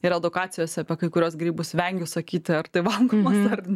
ir edukacijose apie kai kuriuos grybus vengiu